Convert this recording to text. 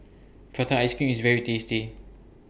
Prata Ice Cream IS very tasty